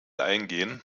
eingehen